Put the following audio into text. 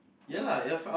ya